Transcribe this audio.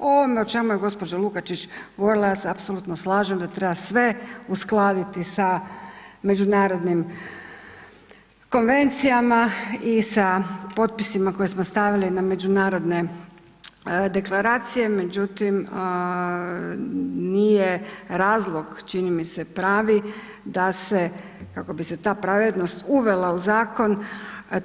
O ovome o čemu je gđa. Lukačić govorila, ja se apsolutno slažem da treba sve uskladiti sa međunarodnim konvencijama i sa potpisima koje smo stavili na međunarodne deklaracije, međutim nije razlog, čini mi se, pravi da se, kako bi se ta pravednost uvela u zakon